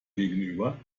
gegenüber